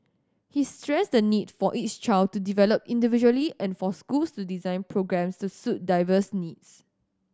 he stressed the need for each child to develop individually and for schools to design programmes to suit diverse needs